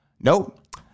nope